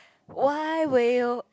why will